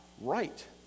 right